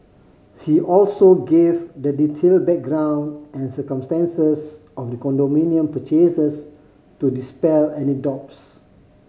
he also gave the detailed background and circumstances of the condominium purchases to dispel any doubts